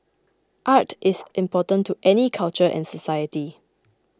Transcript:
art is important to any culture and society